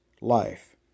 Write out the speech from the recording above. life